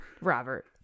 Robert